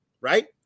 right